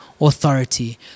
authority